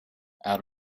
out